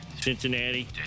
Cincinnati